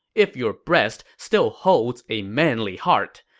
if your breast still holds a manly heart,